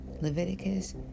Leviticus